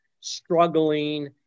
struggling